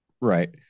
Right